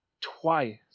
twice